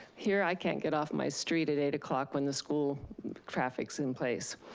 here, i can't get off my street at eight o'clock when the school traffic's in place.